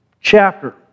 chapter